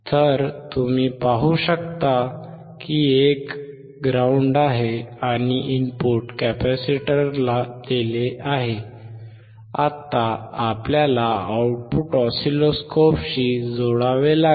तर तुम्ही पाहू शकता की एक ग्राउंड आहे आणि इनपुट कॅपेसिटरला दिले आहे आता आपल्याला आऊटपुट ऑसिलोस्कोपशी जोडावे लागेल